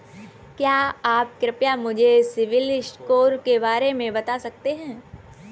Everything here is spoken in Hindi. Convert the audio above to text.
क्या आप कृपया मुझे सिबिल स्कोर के बारे में बता सकते हैं?